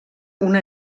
una